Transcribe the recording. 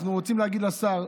אנחנו רוצים להגיד לשר,